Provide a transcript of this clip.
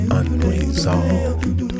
unresolved